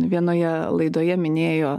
vienoje laidoje minėjo